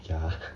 ya